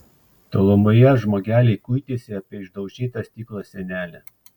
tolumoje žmogeliai kuitėsi apie išdaužytą stiklo sienelę